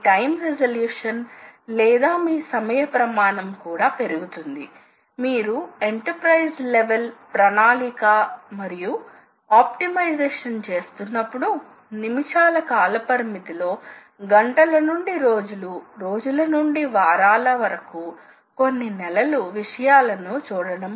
turning లో తిరిగేది ఒక మరుగుజ్జు ముక్క ఇది తిరుగుతున్న సాధనం ఇక్కడ రెండు విధాలుగా జరగ వచ్చు ఉదాహరణకు మీరు డ్రిల్లింగ్ అని పిలువబడు మరో ప్రక్రియ ను తీసుకుంటే డ్రిల్లింగ్ లో కూడా ఇది టూ డైమెన్షనల్ మోషన్ ను కలిగి ఉన్న వర్క్ పీస్ ఎందుకంటే మీరు వర్క్ పీస్ పై ఎక్కడైనా రంధ్రం వేయాలని అనుకోవచ్చు